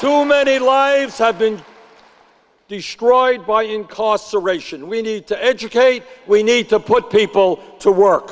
too many lives have been destroyed by in costs aeration we need to educate we need to put people to work